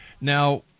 Now